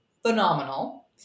phenomenal